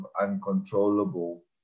uncontrollable